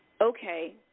Okay